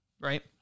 right